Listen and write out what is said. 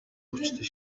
хүчтэй